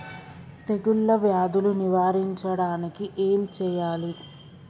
తెగుళ్ళ వ్యాధులు నివారించడానికి ఏం చేయాలి?